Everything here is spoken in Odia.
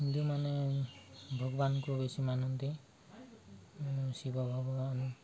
ହିନ୍ଦୁମାନେ ଭଗବାନକୁ ବେଶୀ ମାନନ୍ତି ଶିବ ଭଗବାନ